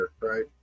right